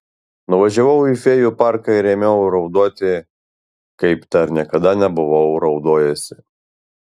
nuvažiavau į fėjų parką ir ėmiau raudoti kaip dar niekada nebuvau raudojusi